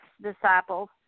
disciples